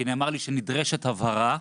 כי נאמר לי שנדרשת הבהרה,